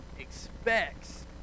expects